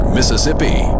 Mississippi